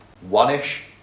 one-ish